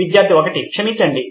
విద్యార్థి 1 క్షమించండి